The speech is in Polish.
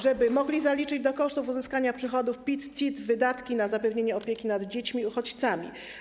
żeby mogli zaliczyć do kosztów uzyskania przychodów PIT, CIT wydatki na zapewnienie opieki nad dziećmi uchodźcami.